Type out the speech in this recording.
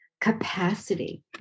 capacity